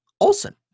Olson